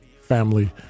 Family